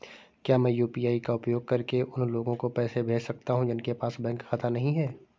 क्या मैं यू.पी.आई का उपयोग करके उन लोगों को पैसे भेज सकता हूँ जिनके पास बैंक खाता नहीं है?